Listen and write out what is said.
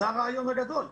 זה הרעיון הגודל.